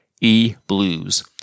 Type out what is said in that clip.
E-Blues